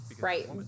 Right